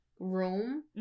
room